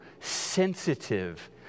sensitive